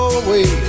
away